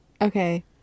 Okay